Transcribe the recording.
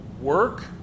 work